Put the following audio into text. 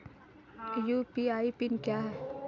UPI PIN क्या है?